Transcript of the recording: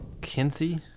Kinsey